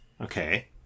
Okay